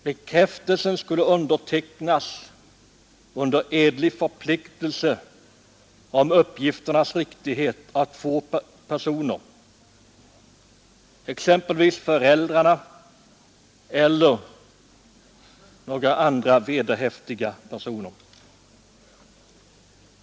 Bekräftelsen skulle undertecknas under edlig förpliktelse om uppgifternas riktighet av två personer, exempelvis föräldrarna eller några andra vederhäftiga personer.